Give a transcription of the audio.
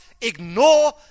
ignore